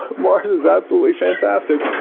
mars is absolutely fantastic.